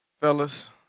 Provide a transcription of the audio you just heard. fellas